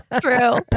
true